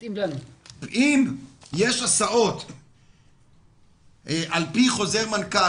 אם יש הסעות על פי חוזר מנכ"ל,